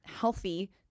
healthy